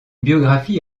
biographie